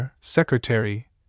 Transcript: Secretary